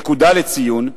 נקודה לציון,